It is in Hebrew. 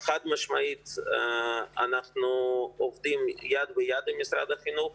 חד-משמעית, אנחנו עובדים יד ביד עם משרד החינוך.